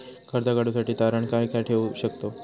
कर्ज काढूसाठी तारण काय काय ठेवू शकतव?